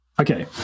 Okay